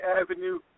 Avenue